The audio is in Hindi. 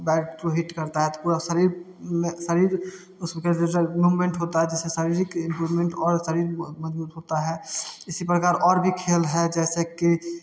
बैट को हिट करता है तो पूरा शरीर शरीर मूवमेंट होता है जिससे शारीरिक इम्प्रूवमेंट और शरीर बहुत मज़बूत होता है इसी प्रकार और भी खेल हैं जैसे कि